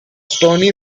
stoney